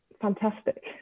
fantastic